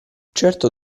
certo